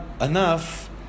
enough